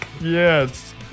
Yes